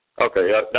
Okay